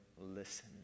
listen